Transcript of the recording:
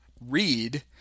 read